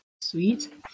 Sweet